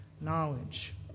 knowledge